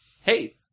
Hey